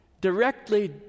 directly